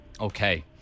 Okay